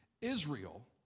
Israel